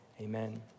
amen